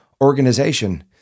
organization